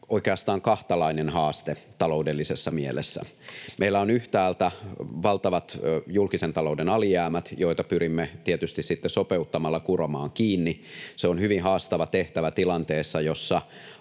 oikeastaan kahtalainen haaste taloudellisessa mielessä. Meillä on yhtäältä valtavat julkisen talouden alijäämät, joita pyrimme tietysti sopeuttamalla kuromaan kiinni. Se on hyvin haastava tehtävä tilanteessa, jossa